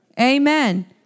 Amen